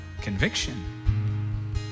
Conviction